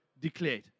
declared